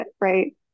right